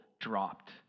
dropped